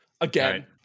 again